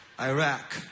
Iraq